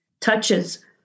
touches